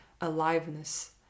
aliveness